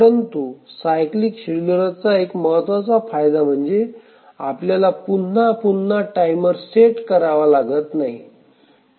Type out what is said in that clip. परंतु सायक्लीक शेड्यूलरचा एक महत्त्वाचा फायदा म्हणजे आपल्याला पुन्हा पुन्हा टाईमर सेट करावा लागत नाही